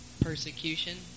Persecution